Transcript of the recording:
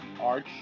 arch